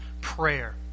prayer